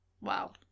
Wow